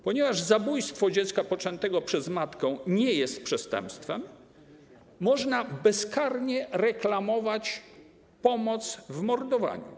Ponieważ zabójstwo dziecka poczętego przez matkę nie jest przestępstwem, można bezkarnie reklamować pomoc w mordowaniu.